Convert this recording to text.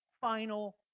final